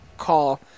call